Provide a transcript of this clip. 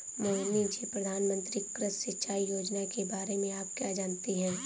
मोहिनी जी, प्रधानमंत्री कृषि सिंचाई योजना के बारे में आप क्या जानती हैं?